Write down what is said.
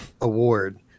Award